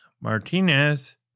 Martinez